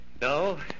No